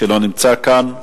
שלא נמצא כאן,